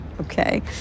Okay